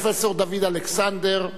פרופסור דוד אלכסנדר,